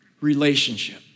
relationship